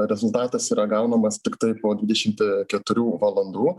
rezultatas yra gaunamas tiktai po dvidešimt keturių valandų